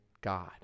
God